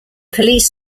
police